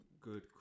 good